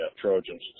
Trojans